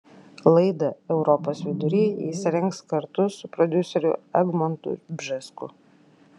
laidą europos vidury jis rengs kartu su prodiuseriu egmontu bžesku